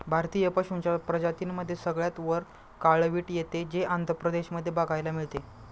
भारतीय पशूंच्या प्रजातींमध्ये सगळ्यात वर काळवीट येते, जे आंध्र प्रदेश मध्ये बघायला मिळते